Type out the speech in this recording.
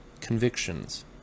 convictions